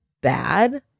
bad